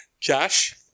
Josh